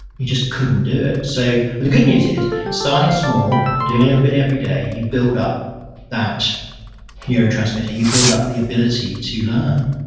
he just couldn't do it so but the good news is starting small, doing a little bit every day, you build up that neurotransmitter. you build up the ability to learn.